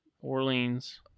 Orleans